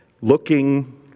Looking